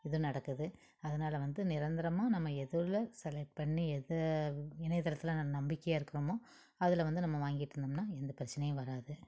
இதுவும் நடக்குது அதனால் வந்து நிரந்தரமாக நம்ம எதில் செலெக்ட் பண்ணி எதை இணையத்தளத்தில் ந நம்பிக்கையாக இருக்கிறமோ அதில் வந்து நம்ம வாங்கிட்டிருந்தோம்னா எந்த பிரச்சனையும் வராது